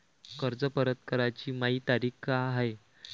कर्ज परत कराची मायी तारीख का हाय?